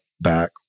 back